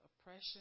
oppression